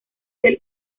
del